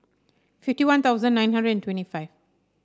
fifty One Thousand nine hundred twenty five